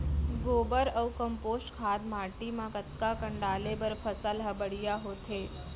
गोबर अऊ कम्पोस्ट खाद माटी म कतका कन डाले बर फसल ह बढ़िया होथे?